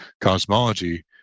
cosmology